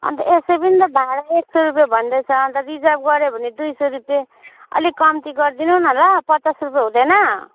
अन्त यसै पनि त भाडा एक सय रुपियाँ भन्दैछ अन्त रिजर्भ गर्यो भने दुई सय रुपियाँ अलिक कम्ती गरिदिनु नि ल पचास रुपियाँ हुँदैन